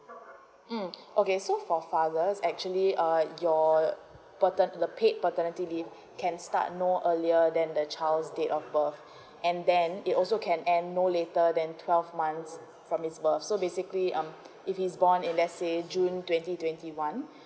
um okay so for fathers actually uh your patern~ the paid paternity leave can start no earlier than the child's date of birth and then it also can end no later than twelfth month from his birth so basically um if he's born in let's say june twenty twenty one